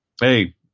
hey